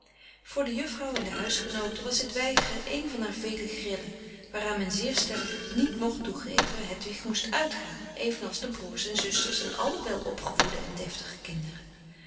voor de juffrouw en de huisgenooten was dit weigeren een van haar vele grillen waaraan men zeer stellig niet mocht toegeven hedwig moest uitgaan evenals de broers en zusters en alle welopgevoede en deftige kinderen